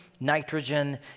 nitrogen